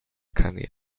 canyon